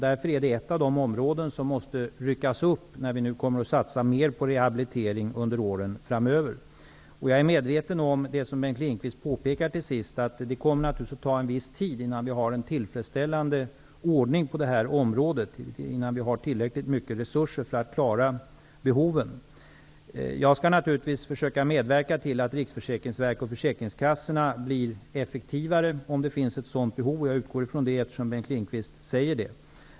Därför är det ett av de områden som måste ryckas upp när vi nu kommer att satsa mer på rehabilitering under åren framöver. Jag är medveten om det som Bengt Lindqvist till sist påpekade, nämligen att det naturligtvis kommer att ta en viss tid innan vi har en tillfredsställande ordning på detta område, innan vi har tillräckligt mycket resurser för att klara behoven. Jag skall naturligtvis försöka medverka till att Riksförsäkringsverket och försäkringskassorna blir effektivare, om det finns ett sådant behov. Och jag utgår från det, eftersom Bengt Lindqvist säger det.